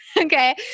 Okay